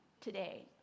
today